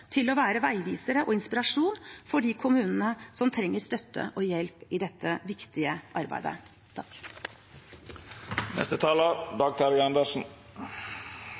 til å være veivisere og til inspirasjon for de kommunene som trenger støtte og hjelp i dette viktige arbeidet.